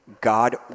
God